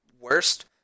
worst